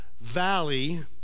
Valley